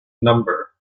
number